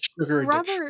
Robert